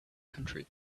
country